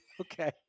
okay